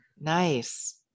Nice